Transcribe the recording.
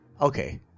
Okay